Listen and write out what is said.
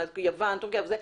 יוון וכולי.